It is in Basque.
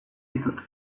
ditut